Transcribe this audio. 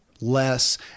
less